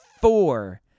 four